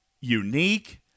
unique